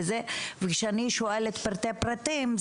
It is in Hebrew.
וכשאני שואלת לפרטי פרטים,